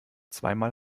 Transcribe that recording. zweimal